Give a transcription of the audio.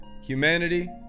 Humanity